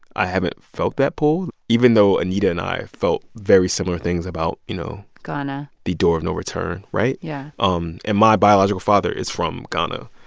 i haven't felt that pull, even though anita and i felt very similar things about, you know. ghana. the door of no return, right? yeah um and my biological father is from ghana.